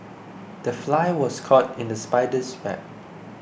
the fly was caught in the spider's web